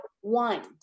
One